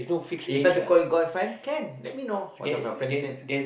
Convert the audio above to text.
if like to call girlfriend can let me know what what's your friend's name